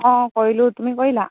অঁ কৰিলোঁ তুমি কৰিলা